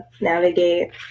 navigate